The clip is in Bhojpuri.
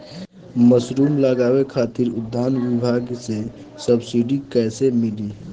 मशरूम लगावे खातिर उद्यान विभाग से सब्सिडी कैसे मिली?